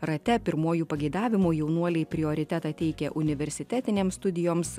rate pirmuoju pageidavimu jaunuoliai prioritetą teikia universitetinėms studijoms